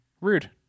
rude